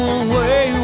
away